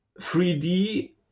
3D